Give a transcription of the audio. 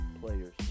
players